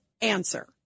answer